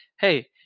hey-